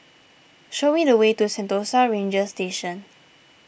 show me the way to Sentosa Ranger Station